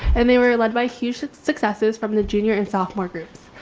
and they were led by huge successes from the junior and sophomore groups.